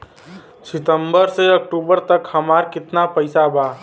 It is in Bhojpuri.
सितंबर से अक्टूबर तक हमार कितना पैसा बा?